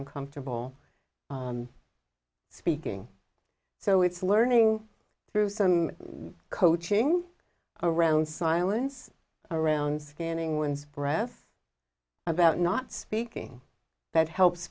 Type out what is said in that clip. uncomfortable speaking so it's learning through some coaching around silence around scanning one's breath about not speaking that helps